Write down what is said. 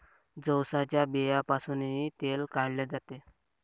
जवसाच्या बियांपासूनही तेल काढले जाते